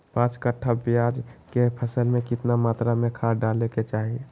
पांच कट्ठा प्याज के फसल में कितना मात्रा में खाद डाले के चाही?